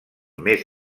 més